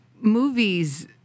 movies